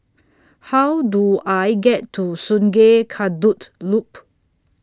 How Do I get to Sungei Kadut Loop